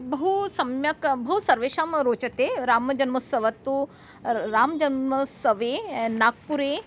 बहु सम्यक् बहु सर्वेषां रोचते रामजन्मोत्सवः तु रामजन्मोत्सवे नागपुरे